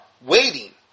waiting